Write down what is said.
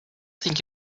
think